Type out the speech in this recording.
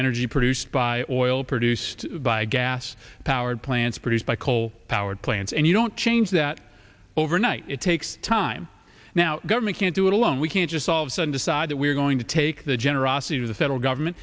energy produced by oil produced by gas powered plants produced by coal powered plants and you don't change that overnight it takes time now government can't do it alone we can't just solve son decide that we're going to take the generosity of the federal government